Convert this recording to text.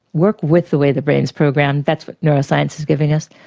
work with the way the brain is programmed. that's what neuroscience is giving us,